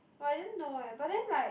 I didn't know eh but then like